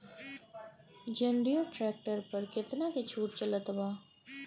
जंडियर tractor पर कितना के छूट चलत बा?